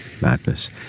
Madness